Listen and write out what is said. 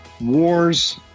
Wars